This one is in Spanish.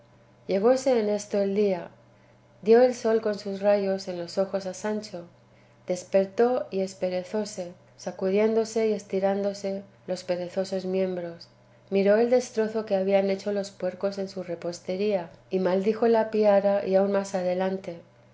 dulcinea llegóse en esto el día dio el sol con sus rayos en los ojos a sancho despertó y esperezóse sacudiéndose y estirándose los perezosos miembros miró el destrozo que habían hecho los puercos en su repostería y maldijo la piara y aun más adelante